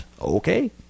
okay